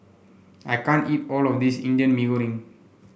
I can't eat all of this Indian Mee Goreng